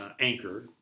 anchor